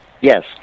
Yes